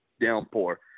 downpour